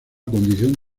condición